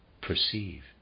perceive